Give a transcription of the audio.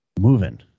moving